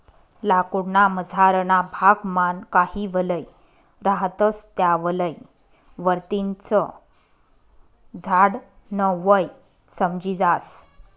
लाकूड ना मझारना भाग मान काही वलय रहातस त्या वलय वरतीन च झाड न वय समजी जास